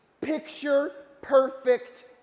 picture-perfect